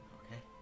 okay